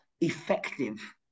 effective